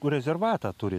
kur rezervatą turit